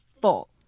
full